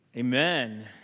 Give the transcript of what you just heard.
Amen